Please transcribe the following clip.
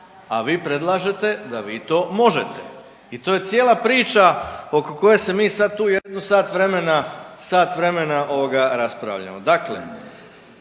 a vi predlažete da vi to možete i to je cijela priča oko koje se mi sad tu jedno sat vremena ovoga, raspravljamo.